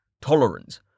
Tolerance